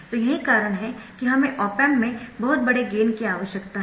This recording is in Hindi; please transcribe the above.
तो यही कारण है कि हमें ऑप एम्प में बहुत बड़े गेन की आवश्यकता है